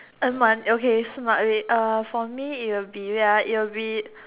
earn mon~ okay smart way uh for me it will be wait ah it will be